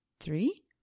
three